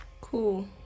cool